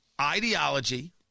Ideology